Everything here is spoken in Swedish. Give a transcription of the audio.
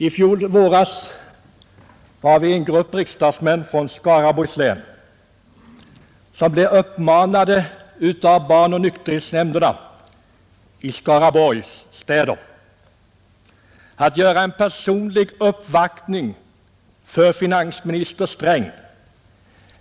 I fjol våras var vi en grupp riksdagsmän från Skaraborgs län som blev uppmanade av barnavårdsoch nykterhetsnämnderna i Skaraborgs läns städer att göra en personlig uppvaktning för finansminister Sträng.